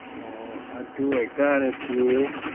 ꯑꯣ ꯑꯗꯨ ꯑꯣꯏꯇꯔꯗꯤ